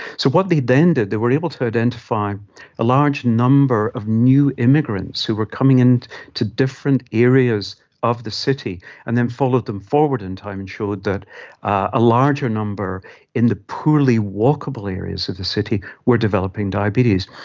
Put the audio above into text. so what they then did, they were able to identify a large number of new immigrants who were coming and into different areas of the city and then followed them forward in time, and showed that a larger number in the poorly walkable areas of the city were developing diabetes.